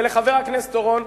ולחבר הכנסת אורון.